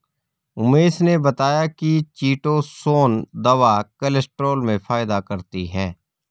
उमेश ने बताया कि चीटोसोंन दवा कोलेस्ट्रॉल में फायदा करती है